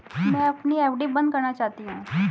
मैं अपनी एफ.डी बंद करना चाहती हूँ